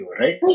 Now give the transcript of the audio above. right